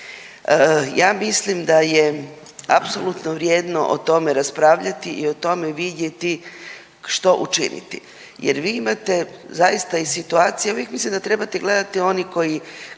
Ja mislim da apsolutno vrijedno o tome raspravljati i o tome vidjeti što učiniti. Jer vi imate zaista i situacija ja uvijek mislim da trebate gledati oni koji,